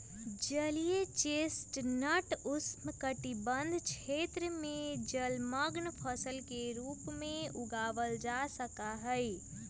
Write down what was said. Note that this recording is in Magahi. जलीय चेस्टनट उष्णकटिबंध क्षेत्र में जलमंग्न फसल के रूप में उगावल जा सका हई